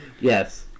Yes